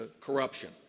corruption